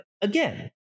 again